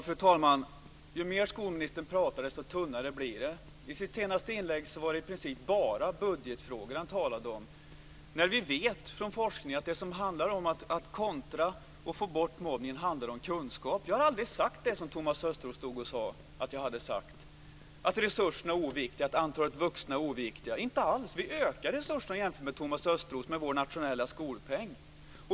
Fru talman! Ju mer skolministern pratar, desto tunnare blir det. I sitt senaste inlägg var det i princip bara budgetfrågor han talade om. Från forskningen vet vi ju att det handlar om kunskap när det gäller att kontra och få bort mobbningen. Jag har aldrig sagt det som Thomas Östros sade att jag hade sagt, dvs. att resurserna och antalet vuxna är oviktigt. Så är det inte alls! Vi ökar resurserna, jämfört med Thomas Östros, med vår nationella skolpeng.